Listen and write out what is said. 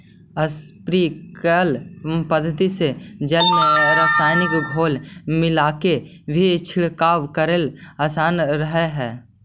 sprinkler पद्धति से जल में रसायनिक घोल मिलाके भी छिड़काव करेला आसान रहऽ हइ